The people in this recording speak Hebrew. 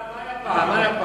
מה היה פעם?